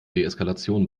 deeskalation